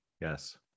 Yes